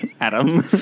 Adam